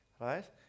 Right